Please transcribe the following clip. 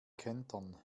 kentern